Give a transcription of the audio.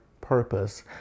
purpose